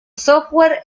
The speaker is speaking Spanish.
software